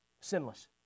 sinless